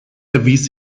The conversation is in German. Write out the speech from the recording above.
erwies